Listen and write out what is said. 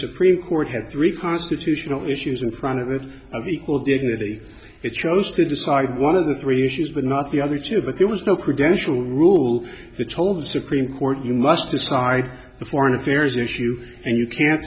supreme court had three constitutional issues and chronicler of equal dignity it chose to decide one of the three issues but not the other two that there was no credential rule told the supreme court you must decide the foreign affairs issue and you can